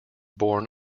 borne